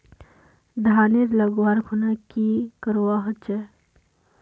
धानेर लगवार खुना की करवा होचे?